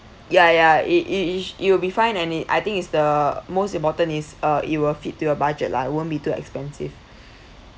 ya ya it~ it~ you'll be fine and I think is the most important is uh it will fit to your budget lah it won't be too expensive